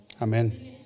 Amen